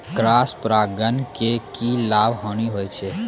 Cross परागण के की लाभ, हानि होय छै?